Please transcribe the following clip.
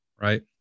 right